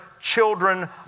children